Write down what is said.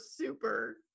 super